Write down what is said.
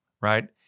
right